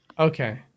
Okay